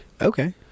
Okay